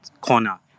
corner